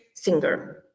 Singer